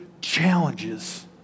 challenges